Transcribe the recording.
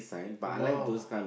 !wow!